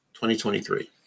2023